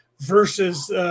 versus